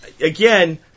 again